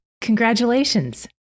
Congratulations